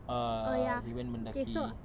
err he went Mendaki